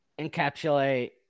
encapsulate